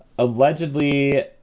Allegedly